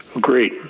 Great